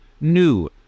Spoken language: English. new